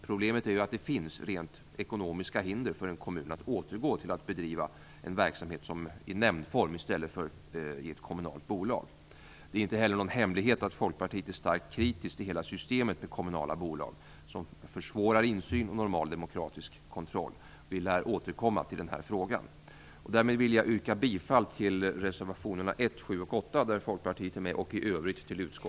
Problemet är att det finns rent ekonomiska hinder för en kommun att återgå till att bedriva en verksamhet i nämndform i stället för i ett kommunalt bolag. Det är inte heller någon hemlighet att Folkpartiet är starkt kritiskt till hela systemet med kommunala bolag, som försvårar insyn och normal demokratisk kontroll. Vi lär återkomma till den här frågan. Därmed vill jag yrka bifall till reservationerna 1, 7